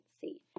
see